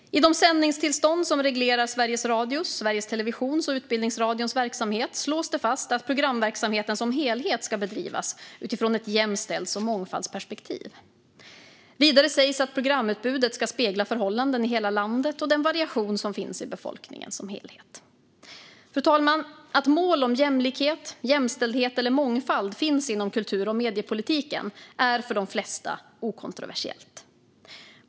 I de sändningstillstånd som reglerar Sveriges Radios, Sveriges Televisions och Utbildningsradions verksamhet slås det fast att programverksamheten som helhet ska bedrivas utifrån ett jämställdhets och mångfaldsperspektiv. Vidare sägs att programutbudet ska spegla förhållanden i hela landet och den variation som finns i befolkningen som helhet. Att mål om jämlikhet, jämställdhet eller mångfald finns inom kultur och mediepolitiken är för de flesta okontroversiellt.